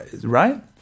right